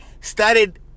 started